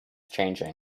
changing